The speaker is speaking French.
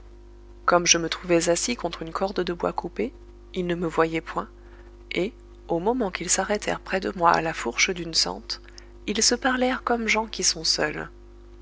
comme je me trouvais assis contre une corde de bois coupé ils ne me voyaient point et au moment qu'ils s'arrêtèrent près de moi à la fourche d'une sente ils se parlèrent comme gens qui sont seuls